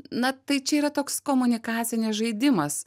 na tai čia yra toks komunikacinis žaidimas